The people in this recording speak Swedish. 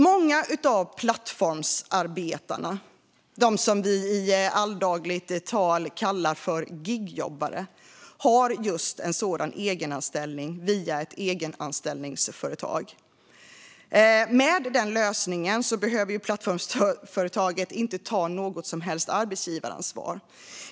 Många av plattformsarbetarna, de som i dagligt tal kallas gigjobbare, har en egenanställning via ett egenanställningsföretag. Med den lösningen behöver plattformsföretaget inte ta något som helst arbetsgivaransvar.